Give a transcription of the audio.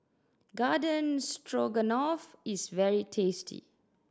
Garden Stroganoff is very tasty